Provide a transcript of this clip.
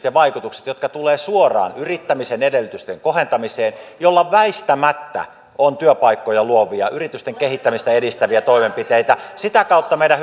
ja vaikutukset jotka tulevat suoraan yrittämisen edellytysten kohentamiseen väistämättä työpaikkoja luovia yritysten kehittämistä edistäviä toimenpiteitä ja sitä kautta meidän